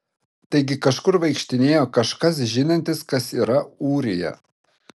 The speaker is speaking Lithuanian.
taigi kažkur vaikštinėjo kažkas žinantis kas yra ūrija